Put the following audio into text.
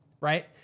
right